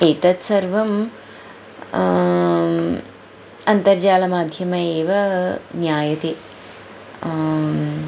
एतत् सर्वं अन्तर्जालमाध्यम एव ज्ञायते